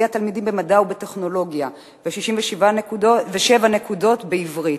התלמידים במדע ובטכנולוגיה ו-67 נקודות בעברית.